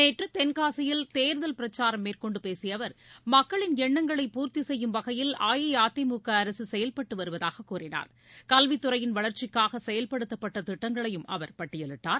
நேற்று தென்காசியில் தேர்தல் பிரச்சாரம் மேற்கொண்டு பேசிய அவர் மக்களின் எண்ணங்களை பூர்த்தி செய்யும் வகையில் அஇஅதிமுக அரசு செயல்பட்டு வருவதாக கூறினார் கல்வித்துறையின் வளர்ச்சிக்காக செயல்படுத்தப்பட்ட திட்டங்களையும் அவர் பட்டியலிட்டார்